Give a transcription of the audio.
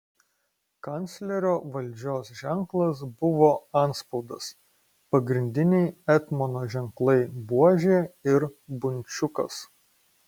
kanclerio valdžios ženklas buvo antspaudas pagrindiniai etmono ženklai buožė ir bunčiukas